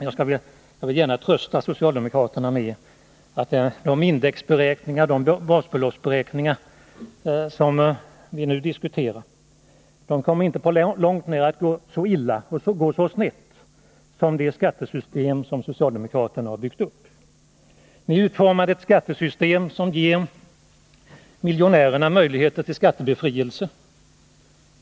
Jag vill gärna trösta socialdemokraterna med att de indexberäkningar och basbeloppsberäkningar som vi nu diskuterar inte på långt när kommer att gå så snett som det skattesystem som socialdemokraterna har byggt upp. Ni utformade ett skattesystem som ger miljonärerna möjligheter till skattebefrielse.